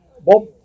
Bob